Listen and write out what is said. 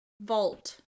vault